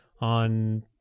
on